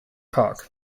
park